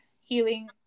healing